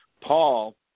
Paul